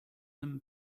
them